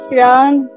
round